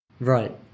Right